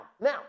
Now